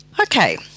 Okay